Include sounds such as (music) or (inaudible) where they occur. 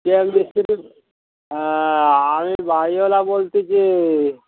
(unintelligible) হ্যাঁ আমি বাইক ওলা বলছি যে